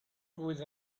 with